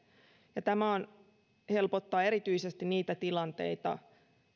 ja tämä helpottaa erityisesti niitä tilanteita